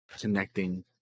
connecting